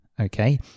Okay